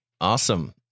awesome